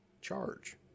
charge